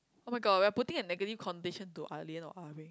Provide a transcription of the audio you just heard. [oh]-my-god we are putting a negative condition to ah lian or ah beng